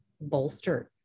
bolstered